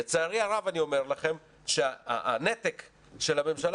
לצערי הרב אני אומר לכם שהנתק של הממשלה